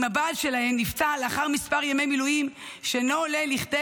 אם הבעל שלהן נפצע לאחר מספר ימי מילואים שאינו עולה לכדי